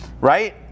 Right